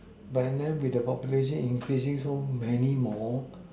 but then with the population increasing so many more